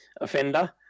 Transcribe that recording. offender